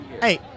hey